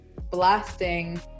blasting